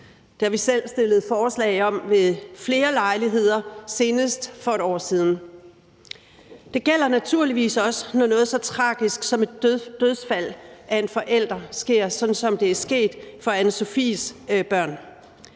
Det har vi selv stillet forslag om ved flere lejligheder – senest for et år siden. Det gælder naturligvis også, når noget så tragisk som en forælders dødsfald sker, som det er sket for Anna-Sofies børn.